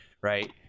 right